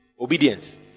Obedience